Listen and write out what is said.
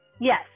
yes